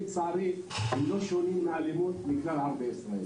לצערי זה לא שונה מהאלימות של כלל ערביי ישראל.